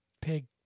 Pig